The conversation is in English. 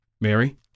Mary